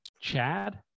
Chad